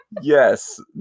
yes